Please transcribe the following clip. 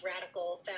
radical